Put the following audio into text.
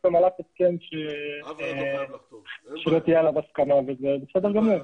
לחתום על אף הסכם שלא תהיה עליו הסכמה וזה בסדר גמור.